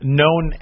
known